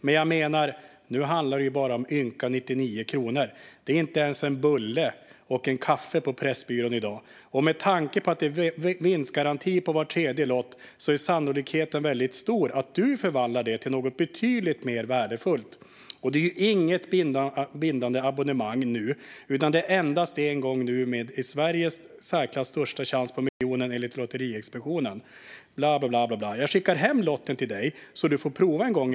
Men nu handlar det ju bara om ynka 99 kronor - det är inte ens en bulle och en kaffe på Pressbyrån i dag. Och med tanke på att det är vinstgaranti på var tredje lott är sannolikheten väldigt stor att du förvandlar det till något betydligt mer värdefullt. Det är inget bindande abonnemang nu, utan det är endast en gång med Sveriges i särklass största chans på miljonen, enligt Lotteriinspektionen." I Expressen står vidare att säljarna enligt manuset skulle fortsätta med att säga: Jag skickar hem lotten till dig så att du får prova en gång.